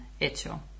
hecho